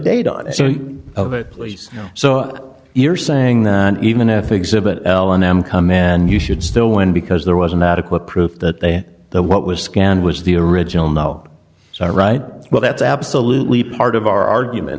date on of it please so you're saying that even if exhibit l and m come in and you should still win because there wasn't adequate proof that they know what was scanned was the original no all right well that's absolutely part of our argument